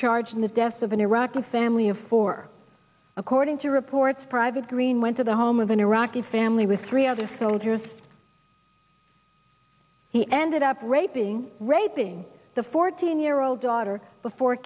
charged in the deaths of in iraq a family of four according to reports private green went to the home of an iraqi family with three other soldiers he ended up raping raping the fourteen year old daughter before